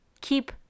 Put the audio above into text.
keep